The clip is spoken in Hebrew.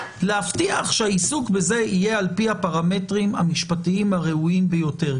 שהעיסוק בזה יהיה על פי הפרמטרים המשפטיים הראויים ביותר.